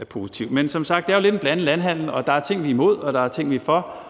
er positive. Men som sagt er det lidt en blandet landhandel, hvor der er ting, vi er imod, og ting, vi er